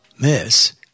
Miss